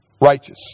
righteous